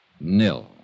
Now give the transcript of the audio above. nil